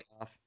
off